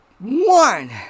one